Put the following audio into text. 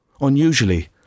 Unusually